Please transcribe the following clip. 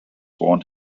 born